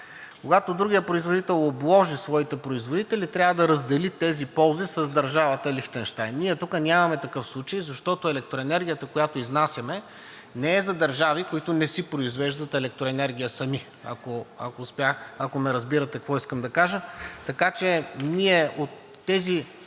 когато другият производител обложи своите производители, трябва да раздели тези ползи с държавата Лихтенщайн. Ние тук нямаме такъв случай, защото електроенергията, която изнасям,е не е за държави, които не си произвеждат електроенергия сами, ако ме разбирате какво искам да кажа. Така че ние от тези